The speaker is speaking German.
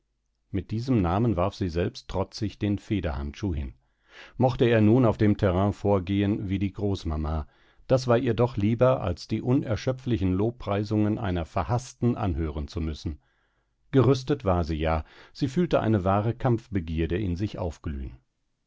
mit diesem namen warf sie selbst trotzig den fehdehandschuh hin mochte er nun auf dem terrain vorgehen wie die großmama das war ihr doch lieber als die unerschöpflichen lobpreisungen einer verhaßten anhören zu müssen gerüstet war sie ja sie fühlte eine wahre kampfbegierde in sich aufglühen